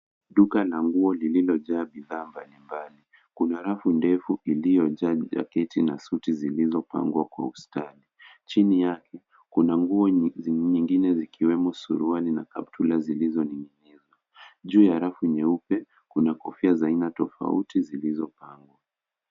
Duka la nguo lililo jaa bidhaa mbalimbali. Kuna rafu ndefu iliyojaa jaketi na suti zilizopangwa kwa ustadi. Chini yake, kuna nguo nyingine zikiwemo suruali na kaptura zilizoning'ia. Juu ya rafu nyeupe kuna kofia za aina tofauti zilizopangwa.